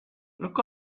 look